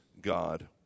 God